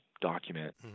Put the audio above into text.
document